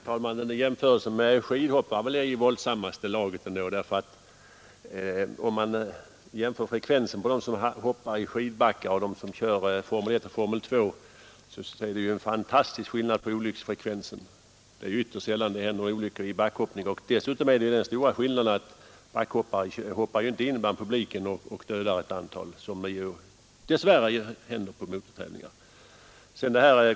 Herr talman! Jämförelsen med skidhopparen är väl i våldsammaste laget. Om man jämför det stora antal som hoppar i skidbackar och det fåtal som kör i Formel I och Formel II finner man ju att det är en fantastisk skillnad i fråga om olycksfrekvensen — det händer ytterst sällan några olyckor vid backhoppning. Dessutom far backhopparen inte in bland publiken och dödar ett antal åskådare, vilket dess värre bilar ibland gör vid motortävlingar.